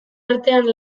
artean